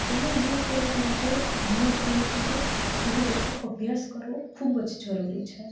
એને દૂર કરવા માટે ધર્મગ્રંથોનો ખરી રીતે અભ્યાસ કરવો ખૂબ જ જરૂરી છે